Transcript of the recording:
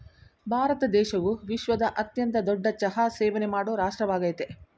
ಭಾರತ ದೇಶವು ವಿಶ್ವದ ಅತ್ಯಂತ ದೊಡ್ಡ ಚಹಾ ಸೇವನೆ ಮಾಡೋ ರಾಷ್ಟ್ರವಾಗಯ್ತೆ